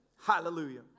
Hallelujah